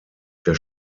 der